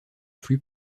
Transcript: flux